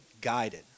guided